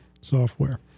software